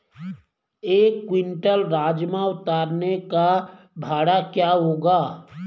एक क्विंटल राजमा उतारने का भाड़ा क्या होगा?